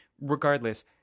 Regardless